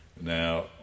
now